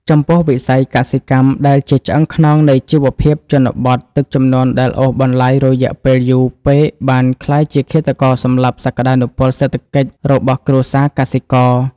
ចំពោះវិស័យកសិកម្មដែលជាឆ្អឹងខ្នងនៃជីវភាពជនបទ ទឹកជំនន់ដែលអូសបន្លាយរយៈពេលយូរពេកបានក្លាយជាឃាតករសម្លាប់សក្តានុពលសេដ្ឋកិច្ចរបស់គ្រួសារកសិករ។